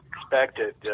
expected